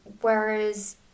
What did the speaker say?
whereas